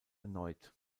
erneut